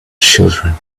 children